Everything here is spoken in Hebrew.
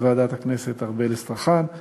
וועדת הכנסת לדיון בהצעת חוק-יסוד: משאל עם.